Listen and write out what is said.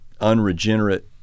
unregenerate